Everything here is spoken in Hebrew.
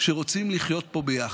שרוצים לחיות פה ביחד.